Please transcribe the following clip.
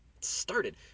started